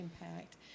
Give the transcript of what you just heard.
impact